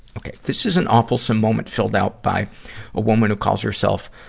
okay. this is an awfulsome moment filled out by a woman who calls herself,